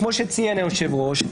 כמו שציין היושב-ראש,